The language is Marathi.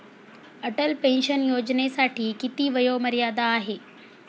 अटल पेन्शन योजनेसाठी किती वयोमर्यादा आहे?